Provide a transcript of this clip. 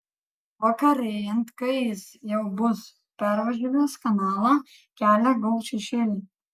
vakarėjant kai jis jau bus pervažiavęs kanalą kelią gaubs šešėliai